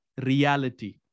reality